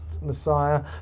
Messiah